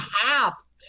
half